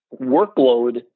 workload